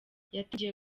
yatangiye